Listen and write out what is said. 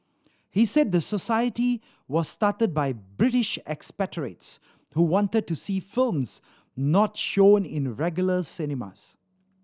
he said the society was started by British expatriates who wanted to see films not shown in regular cinemas